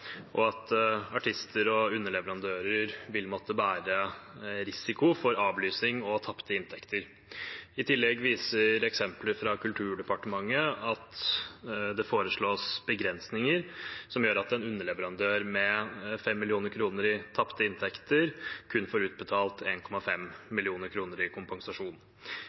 og at artister og underleverandører vil måtte bære risiko for avlysning og tapte inntekter. I tillegg viser eksempler fra Kulturdepartementet at det foreslås begrensninger som gjør at en underleverandør med 5 mill. kroner i tapte inntekter kun får utbetalt 1,5 mill. kroner i kompensasjon.